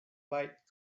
like